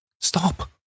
Stop